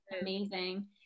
amazing